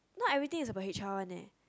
not everything is about h_r one leh